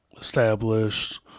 established